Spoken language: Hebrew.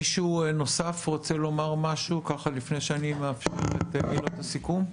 מישהו נוסף רוצה לומר משהו ככה לפני שאני מאפשר את מילות הסיכום?